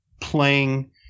playing